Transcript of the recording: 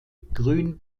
grün